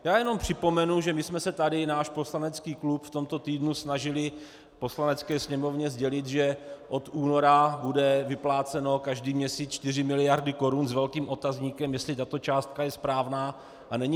Já jenom připomenu, že my jsme se tady, náš poslanecký klub, v tomto týdnu snažili Poslanecké sněmovně sdělit, že od února budou vypláceny každý měsíc čtyři miliardy korun s velkým otazníkem, jestli tato částka je správná a není nadsazená.